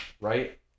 Right